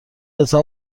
لطفا